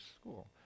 school